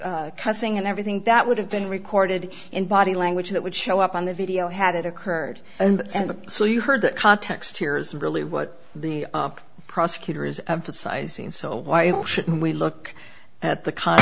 the cussing and everything that would have been recorded in body language that would show up on the video had it occurred and so you heard that context here is really what the prosecutor is emphasizing so why should we look at the c